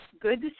good